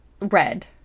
red